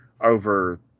over